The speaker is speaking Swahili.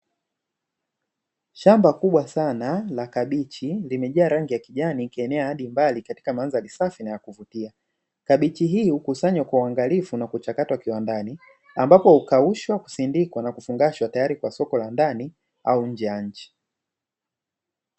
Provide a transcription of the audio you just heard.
Shamba kubwa sana la kabichi limejaa rangi kijani ikienea hadi mbali katika mandhari safi na ya kuvutia, kabichi hii hukusanywa kwa uangalifu na kuchakatwa kiwandani ambapo hukaushwa, kusindikwa na kufungashwa tayari kwa soko la ndani au nje ya nchi.